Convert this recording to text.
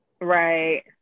Right